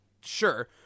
sure